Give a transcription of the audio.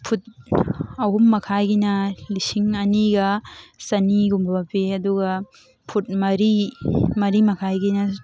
food ꯑꯍꯨꯝ ꯃꯈꯥꯏꯒꯤꯅ ꯂꯤꯁꯤꯡ ꯑꯅꯤꯒ ꯆꯅꯤꯒꯨꯝꯕ ꯄꯤꯌꯦ ꯑꯗꯨꯒ ꯐꯨꯠ ꯃꯔꯤ ꯃꯔꯤ ꯃꯈꯥꯏꯒꯤꯅ